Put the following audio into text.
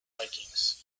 vikings